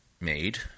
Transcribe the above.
made